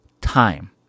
time